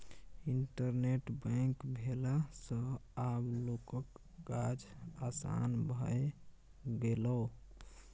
internet bank भेला सँ आब लोकक काज आसान भए गेलै